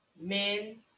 men